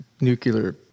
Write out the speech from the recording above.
nuclear